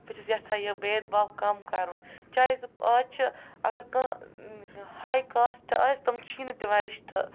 بہٕ چھَس یَژھان یہِ بید باو کَم کَرُن چاہے سُہ اَز چھِ اگر کانٛہہ ہَے کاسٹہٕ آسہِ تِم چھِی نہٕ دِوان رِشتہٕ